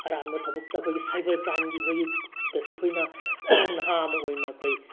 ꯑꯔꯥꯟꯕ ꯊꯕꯛꯇ ꯑꯩꯈꯣꯏꯒꯤ ꯁꯥꯏꯕꯔ ꯀ꯭ꯔꯥꯏꯝꯒꯤ ꯑꯩꯈꯣꯏꯒꯤ ꯁꯤꯗꯁꯨ ꯑꯩꯈꯣꯏꯅ ꯅꯍꯥ ꯑꯃ ꯑꯣꯏꯅ ꯑꯩꯈꯣꯏ